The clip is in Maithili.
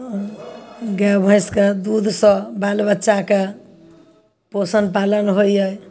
गाय भैसके दूधसँ बालबच्चाके पोसण पालन होइए